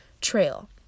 trail